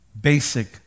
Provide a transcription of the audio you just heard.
basic